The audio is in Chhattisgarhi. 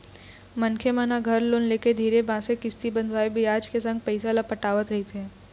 मनखे मन ह घर लोन लेके धीरे बांधे किस्ती बंधवाके बियाज के संग पइसा ल पटावत रहिथे